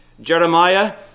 Jeremiah